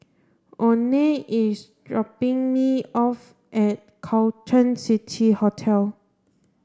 Oney is dropping me off at Carlton City Hotel